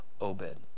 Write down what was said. Obed